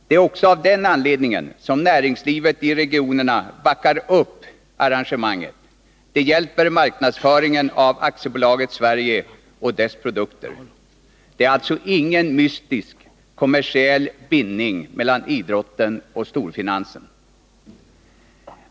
Det är också av den anledningen som näringslivet i regionerna backar upp arrangemanget — det hjälper marknadsföringen av AB Sverige och dess produkter. Det är alltså ingen mystiskt kommersiell bindning mellan idrotten och storfinansen.